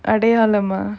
அடயாளமா:adayaalamaa